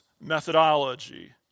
methodology